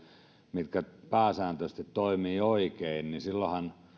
mitkä pääsääntöisesti toimivat oikein niin silloinhan